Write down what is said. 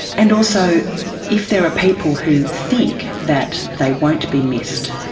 and also if there are people who think that they won't be missed,